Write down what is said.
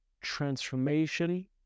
transformation